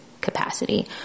capacity